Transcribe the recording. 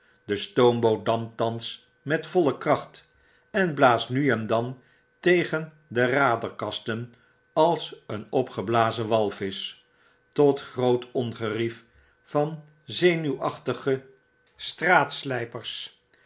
de stoomboot dampt thans met voile kracht en blaast nu en dan tegen de raderkasten als een opgeblazenwalvisch totgrootongerief van zenuwachtige